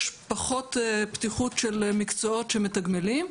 יש פחות פתיחות של מקצועות שמתגמלים,